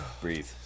Breathe